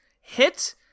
hit